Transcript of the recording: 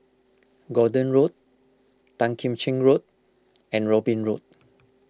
Gordon Road Tan Kim Cheng Road and Robin Road